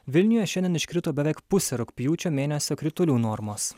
vilniuje šiandien iškrito beveik pusė rugpjūčio mėnesio kritulių normos